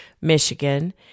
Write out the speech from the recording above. Michigan